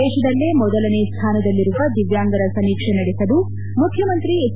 ದೇಶದಲ್ಲೇ ಮೊದಲನೆ ಸ್ಟಾನದಲ್ಲಿರುವ ದಿವ್ಯಾಂಗರ ಸಮೀಕ್ಷೆ ನಡೆಸಲು ಮುಖ್ಯಮಂತ್ರಿ ಎಚ್